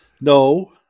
No